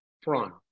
front